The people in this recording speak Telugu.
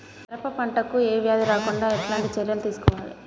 పెరప పంట కు ఏ వ్యాధి రాకుండా ఎలాంటి చర్యలు తీసుకోవాలి?